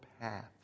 path